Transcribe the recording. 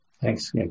Thanks